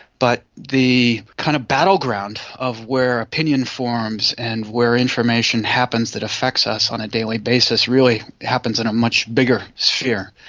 but the kind of battleground of where opinion forms and where information happens that affects us on a daily basis really happens in a much bigger sphere.